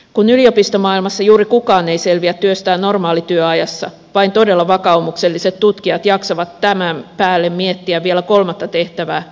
kun yliopistomaailmassa juuri kukaan ei selviä työstään normaalityöajassa vain todella vakaumukselliset tutkijat jaksavat tämän päälle miettiä vielä kolmatta tehtävää